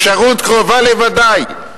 אפשרות קרובה לוודאי,